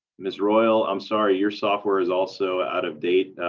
ms. royal, i'm sorry, your software is also out of date.